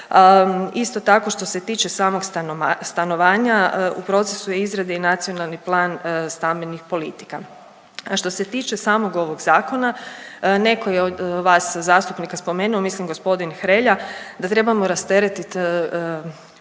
isto tako, što se tiče samog stanovanja, u procesu je izrade i nacionalni plan stambenih politika, a što se tiče samog ovog Zakona, nekoj od vas zastupnika spomenuo, mislim g. Hrelja, da trebamo rasteretiti provedbeno